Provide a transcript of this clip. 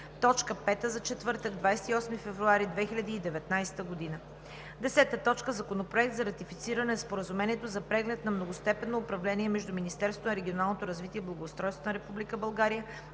точка пета за четвъртък, 28 февруари 2019 г. 10. Законопроект за ратифициране на Споразумението за преглед на многостепенното управление между Министерството на регионалното развитие и благоустройството на Република България